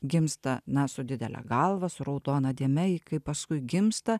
gimsta na su didele galva su raudona dėme ji kaip paskui gimsta